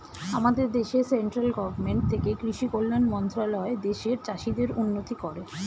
আমাদের দেশে central government থেকে কৃষি কল্যাণ মন্ত্রণালয় দেশের চাষীদের উন্নতি করে